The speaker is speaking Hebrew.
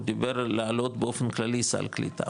הוא דיבר על לעלות באופן כללי סל הקליטה,